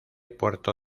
puerto